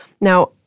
Now